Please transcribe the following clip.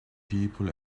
people